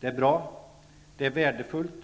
Det är bra och värdefullt